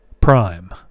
Prime